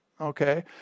Okay